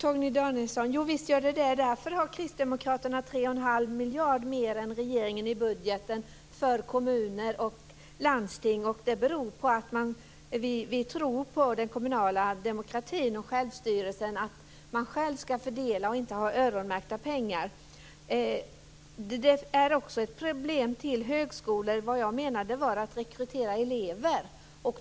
Fru talman! Visst gör det det, Torgny Danielsson. Därför har kristdemokraterna tre och en halv miljard kronor mer än regeringen i budgeten för kommuner och landsting. Det beror på att vi tror på den kommunala demokratin och självstyrelsen. Man ska själv fördela och inte ha öronmärkta pengar. Det är också ett problem med högskolan. Men vad jag menade var att rekrytera elever.